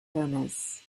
hermes